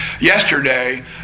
yesterday